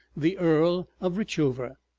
the earl of richover,